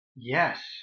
Yes